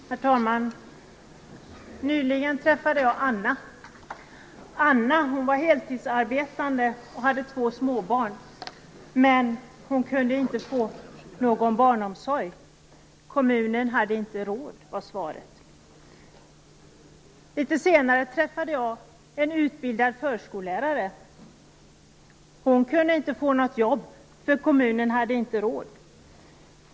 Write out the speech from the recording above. Herr talman! Nyligen träffade jag Anna. Anna var heltidsarbetande och hade två småbarn, men kunde inte få någon barnomsorg. Kommunen hade inte råd, var svaret. Litet senare träffade jag en utbildad förskollärare. Hon kunde inte få något jobb, för kommunen hade inte råd.